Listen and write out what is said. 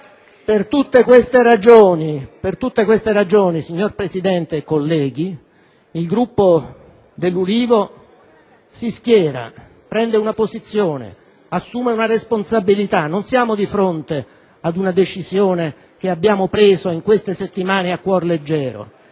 Per tutte queste ragioni, signor Presidente, colleghi, il Gruppo dell'Ulivo si schiera, prende una posizione, assume una responsabilità. Non siamo di fronte ad una decisione che abbiamo preso in queste settimane a cuor leggero.